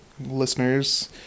listeners